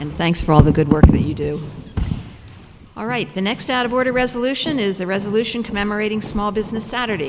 and thanks for all the good work that you do all right the next out of order resolution is a resolution commemorating small business saturday